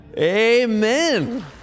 Amen